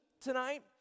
tonight